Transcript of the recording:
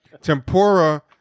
tempura